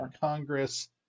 Congress